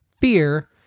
Fear